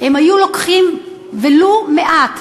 אם היו לוקחים ולו מעט,